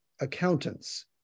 accountants